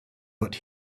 but